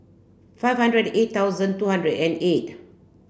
five hundred eight thousand two hundred and eight